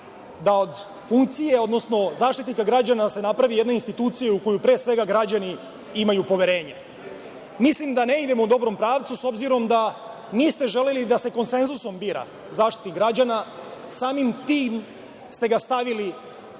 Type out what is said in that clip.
da od funkcije, odnosno Zaštitnika građana se napravi jedna institucija u koju pre svega građani imaju poverenje. Mislim da ne idemo u dobrom pravcu, s obzirom da niste želeli da se konsenzusom bira Zaštitnik građana, samim tim ste ga stavili